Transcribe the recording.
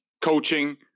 coaching